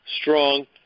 Strong